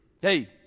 Hey